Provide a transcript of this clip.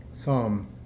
Psalm